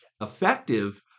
Effective